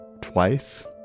twice